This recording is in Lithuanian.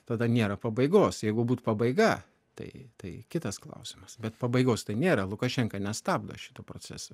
tada nėra pabaigos jeigu būt pabaiga tai tai kitas klausimas bet pabaigos tai nėra lukašenka nestabdo šito proceso